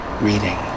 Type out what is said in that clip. reading